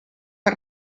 per